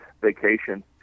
vacation